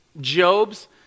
Job's